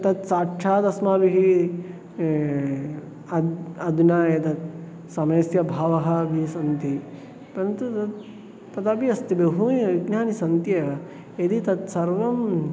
तत् साक्षात् अस्माभिः अद्य अधुना एतत् समयस्य भावः अपि सन्ति परन्तु तत् तदपि अस्ति बहूनि विघ्नानि सन्ति एव यदि तत्सर्वं